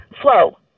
flow